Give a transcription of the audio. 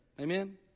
amen